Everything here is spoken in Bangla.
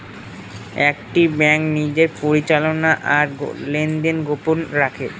একটি ব্যাঙ্ক নিজের পরিচালনা আর লেনদেন গোপন রাখে